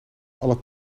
alle